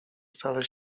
wcale